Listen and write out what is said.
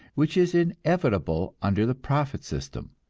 which is inevitable under the profit system,